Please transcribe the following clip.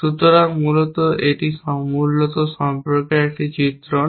সুতরাং মূলত এটি মূলত সম্পর্কের একটি চিত্রণ